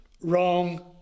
wrong